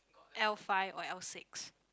L-five or L-six